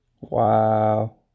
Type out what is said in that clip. Wow